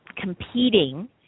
competing